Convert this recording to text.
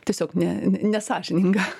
tiesiog ne nesąžininga